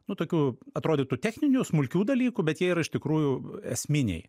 nu tokių atrodytų techninių smulkių dalykų bet jie yra iš tikrųjų esminiai